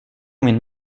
min